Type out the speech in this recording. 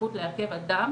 הסמכות לעכב אדם